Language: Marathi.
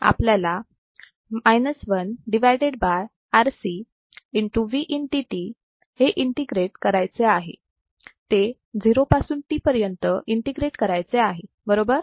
आपल्याला इथे 1 RC हे इंटिग्रेट करायचे आहे 0 पासून t पर्यंत इंटिग्रेट करायचे आहे बरोबर